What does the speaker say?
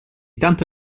tanto